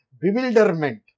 Bewilderment